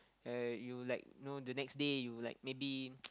yea you like know the next day you like maybe